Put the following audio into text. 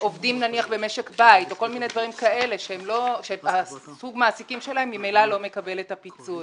עובדים במשק בית שהמעסיק שלהם ממילא לא מקבל את הפיצוי.